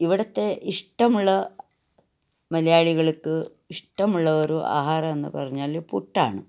ഇവിടുത്തെ ഇഷ്ടമുള്ള മലയാളികൾക്ക് ഇഷ്ടമുള്ള ഒരു ആഹാരമെന്നു പറഞ്ഞാൽ പുട്ടാണ്